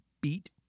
beat